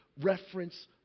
reference